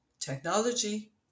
Technology